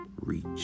reach